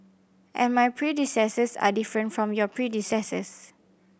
and my predecessors are different from your predecessors